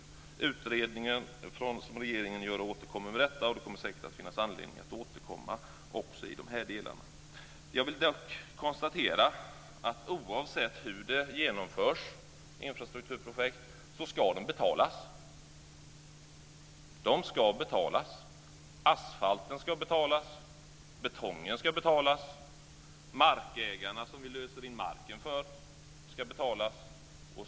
Den utredning som regeringen gör ska återkomma till detta, och även vi får säkert anledning att återkomma till det. Jag vill konstatera att oavsett hur infrastrukturprojekt genomförs ska de betalas. Asfalten, betongen och de markägare vars mark vi löser in ska betalas.